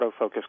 autofocus